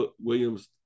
Williams